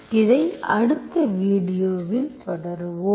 இதை அடுத்த வீடியோவில் தொடருவோம்